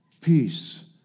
peace